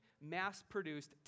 mass-produced